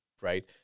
right